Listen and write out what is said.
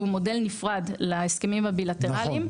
שהוא מודל נפרד להסכמים הבילטרליים.